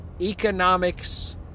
economics